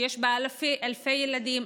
שיש בה אלפי ילדים,